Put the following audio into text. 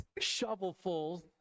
shovelfuls